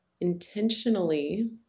intentionally